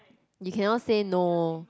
you cannot say no